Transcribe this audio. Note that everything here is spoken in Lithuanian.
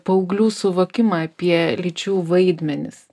paauglių suvokimą apie lyčių vaidmenis